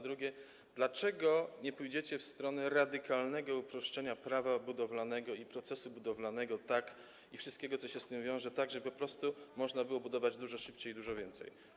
Drugie pytanie: Dlaczego nie pójdziecie w stronę radykalnego uproszczenia prawa budowlanego, procesu budowlanego i wszystkiego, co się z tym wiąże, tak żeby po prostu można było budować dużo szybciej i dużo więcej?